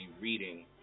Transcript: reading